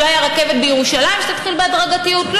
אולי הרכבת בירושלים, שתתחיל בהדרגתיות?